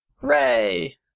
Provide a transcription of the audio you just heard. Hooray